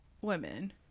women